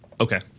Okay